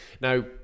Now